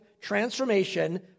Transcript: transformation